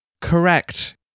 Correct